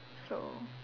so